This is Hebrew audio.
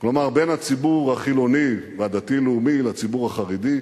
כלומר בין הציבור החילוני והדתי-לאומי לציבור החרדי.